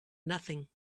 nothing